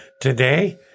today